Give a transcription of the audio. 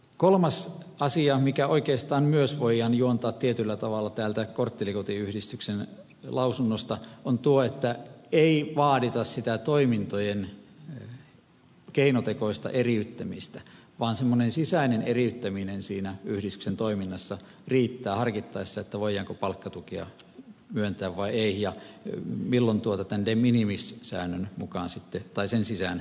kolmas asia mikä oikeastaan myös voidaan juontaa tietyllä tavalla täältä korttelikotiyhdistyksen lausunnosta on tuo että ei vaadita sitä toimintojen keinotekoista eriyttämistä vaan semmoinen sisäinen eriyttäminen yhdistyksen toiminnassa riittää harkittaessa voidaanko palkkatukea myöntää vai ei ja milloin tämän de minimis säännön sisään mahdutaan